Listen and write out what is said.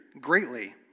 greatly